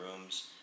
rooms